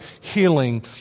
healing